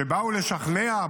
שבאו לשכנע,